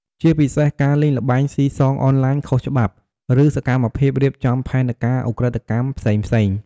ជាពិសេស ការលេងល្បែងស៊ីសងអនឡាញខុសច្បាប់ ឬសកម្មភាពរៀបចំផែនការឧក្រិដ្ឋកម្មផ្សេងៗ។